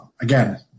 again